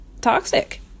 toxic